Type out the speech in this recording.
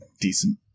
decent